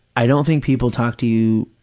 i don't think people talk to you